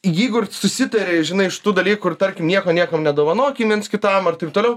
jeigu ir susitaria žinai iš tų dalykų ir tarkim nieko niekam nedovanokim viens kitam ar taip toliau